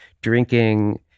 drinking